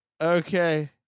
Okay